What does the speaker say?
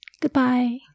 Goodbye